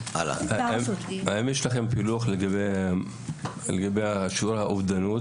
האם יש לכם פילוח לגבי שיעור האובדנות